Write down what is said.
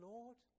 Lord